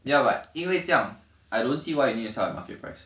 ya but 因为这样 I don't see why you need to sell at market price